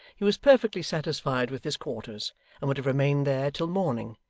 he was perfectly satisfied with his quarters and would have remained there till morning,